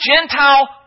Gentile